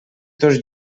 tots